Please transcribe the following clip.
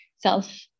self